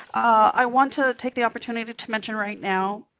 i want to take the opportunity to to mention right now